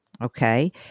Okay